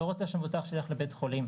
אני לא רוצה שמבוטח שלי יילך לבית החולים.